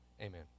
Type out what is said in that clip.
Amen